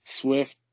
Swift